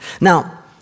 Now